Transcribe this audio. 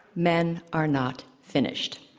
men are not finished.